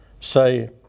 say